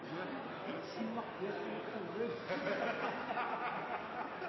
Nei, det